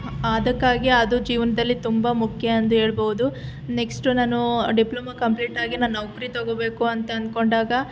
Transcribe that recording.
ಅದಕ್ಕಾಗಿ ಅದು ಜೀವನದಲ್ಲಿ ತುಂಬ ಮುಖ್ಯ ಎಂದು ಹೇಳ್ಬೋದು ನೆಕ್ಷ್ಟು ನಾನು ಡಿಪ್ಲೊಮೋ ಕಂಪ್ಲೀಟಾಗಿ ನಾನು ನೌಕರಿ ತೊಗೋಬೇಕು ಅಂತ ಅಂದ್ಕೊಂಡಾಗ